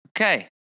Okay